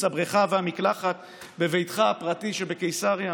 הבריכה והמקלחת בביתך הפרטי שבקיסריה?